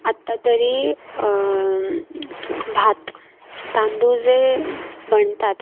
आत्ता तरी भात तांदूळ जे बनतात